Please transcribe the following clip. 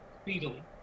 speedily